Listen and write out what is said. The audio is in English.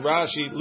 Rashi